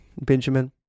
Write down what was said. benjamin